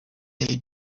they